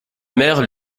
mère